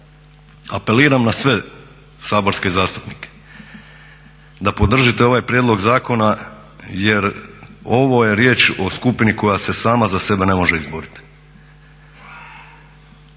Apeliram na sve saborske zastupnike da podržite ovaj prijedlog zakona jer ovo je riječ o skupini koja se sama za sebe ne može izboriti.